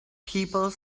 people